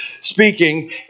speaking